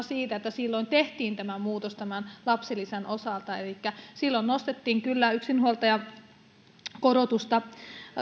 siitä että silloin tehtiin tämä muutos lapsilisän osalta elikkä silloin nostettiin kyllä yksinhuoltajakorotusta